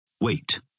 Wait